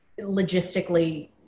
logistically